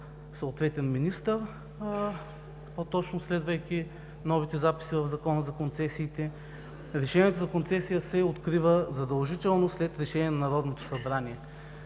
съответен министър по-точно, следвайки новите записи в Закона за концесиите, решението за концесия се открива задължително след решение на Народното събрание.